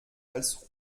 als